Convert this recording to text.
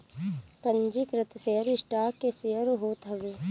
पंजीकृत share stock के share होत हवे